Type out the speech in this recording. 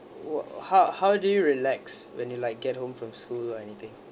wo~ how how do you relax when you like get home from school or anything